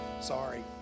Sorry